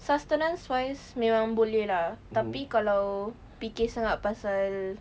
sustenance wise memang boleh lah tapi kalau fikir sangat pasal